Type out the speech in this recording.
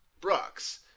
Brooks